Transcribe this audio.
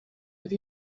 have